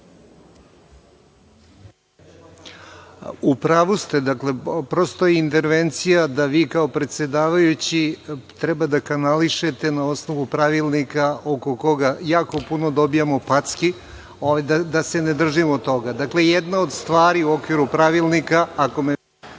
U pravu ste. Dakle, prosto intervencija da vi kao predsedavajući treba da kanališete na osnovu Pravilnika oko koga jako puno dobijamo packi, da se ne držimo toga. Dakle, jedna od stvari u okviru Pravilnika, ako me…